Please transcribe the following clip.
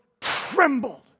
trembled